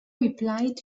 replied